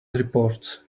reports